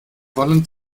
wollen